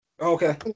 Okay